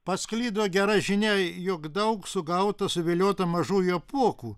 pasklido gera žinia jog daug sugauta suviliota mažųjų apuokų